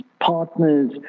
partners